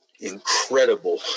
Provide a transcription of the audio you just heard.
incredible